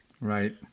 Right